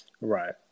Right